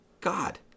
God